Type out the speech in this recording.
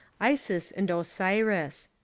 isis and osiris.